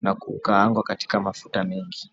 na kukaangwa katika mafuta mengi.